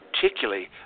particularly